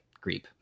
grief